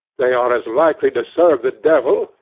they are as likely to serve the devil,